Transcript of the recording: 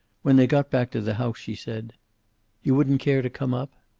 when they got back to the house she said you wouldn't care to come up?